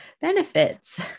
benefits